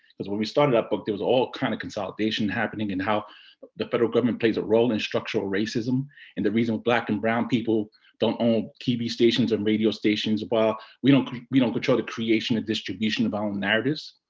because when we started that book, there was all kind of consolidation happening in how the federal government plays a role in structural racism and the reason black and brown people don't own tv stations and radio stations while we don't, we don't control the creation and distribution of our own narratives.